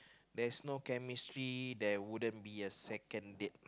there's no chemistry there wouldn't be a second date